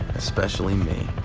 especially me.